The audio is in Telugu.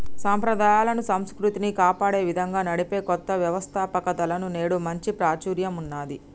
సంప్రదాయాలను, సంస్కృతిని కాపాడే విధంగా నడిపే కొత్త వ్యవస్తాపకతలకు నేడు మంచి ప్రాచుర్యం ఉన్నది